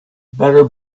better